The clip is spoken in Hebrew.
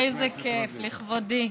איזה כיף, לכבודי.